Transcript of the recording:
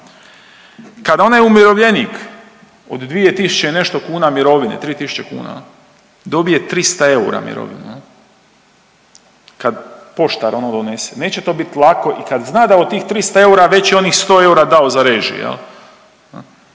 kada onaj umirovljenik od dvije tisuće i nešto kuna mirovine 3.000 kuna dobije 300 eura mirovinu, kad poštar ono donese neće to bit lako i kad zna da od tih 300 eura već je onih 100 eura dao za režije.